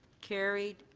carried.